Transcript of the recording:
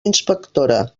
inspectora